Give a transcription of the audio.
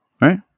Right